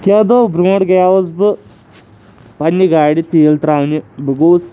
کیٚنٛہہ دۄہ برونٛہہ گٔیوس بہٕ پَنٕنہِ گاڑِ تیٖل تراونہِ بہٕ گوٚوُس